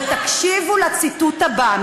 ותקשיבו לציטוט הבא,